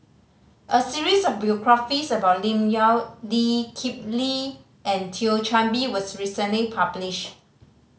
a series of biographies about Lim Yau Lee Kip Lee and Thio Chan Bee was recently published